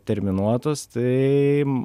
terminuotos tai